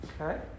okay